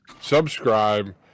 subscribe